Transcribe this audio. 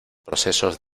procesos